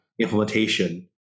implementation